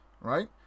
right